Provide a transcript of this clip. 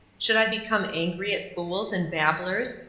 should i become angry at fools and babblers,